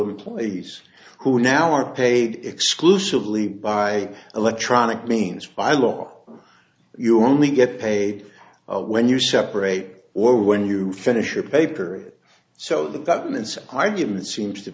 employees who now are paid exclusively by electronic means by law you only get paid when you separate or when you finish your paper so the government's argument seems to